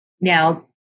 Now